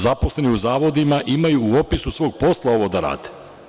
Zaposleni u zavodima imaju u opisu svog posla ovo da rade.